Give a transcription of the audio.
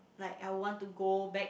like I want to go back